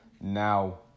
now